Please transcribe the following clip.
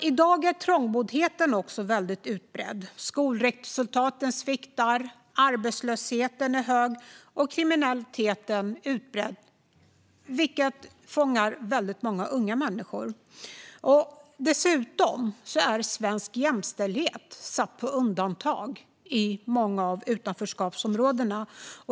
I dag är trångboddheten också väldigt utbredd, skolresultaten sviktar, arbetslösheten är hög och kriminaliteten utbredd och fångar väldigt många unga människor. Dessutom är svensk jämställdhet satt på undantag i många av utanförskapsområdena.